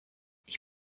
ich